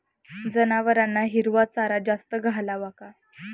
जनावरांना हिरवा चारा जास्त घालावा का?